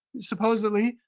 supposedly,